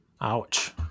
Ouch